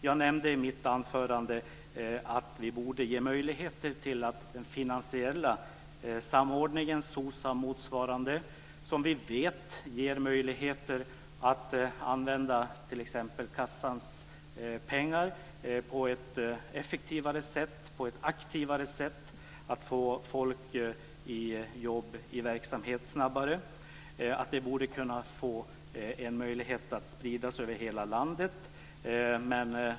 Jag nämnde i mitt anförande att vi borde ge möjligheter till en finansiell samordning, motsvarande SOCSAM, som vi vet ger möjligheter att använda t.ex. kassans pengar på ett effektivare och aktivare sätt för att få människor i jobb eller annan verksamhet snabbare. Detta borde få möjlighet att spridas över hela landet.